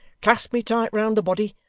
clasp me tight round the body,